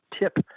tip